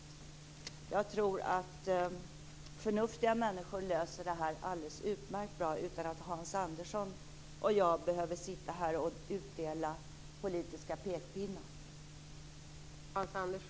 Jag tror att förnuftiga människor löser det här alldeles utmärkt bra utan att Hans Andersson och jag behöver sitta här och utdela politiska pekpinnar.